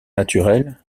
naturelle